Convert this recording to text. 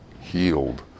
healed